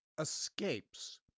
escapes